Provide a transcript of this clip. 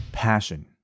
passion